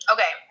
Okay